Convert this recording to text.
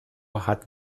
hat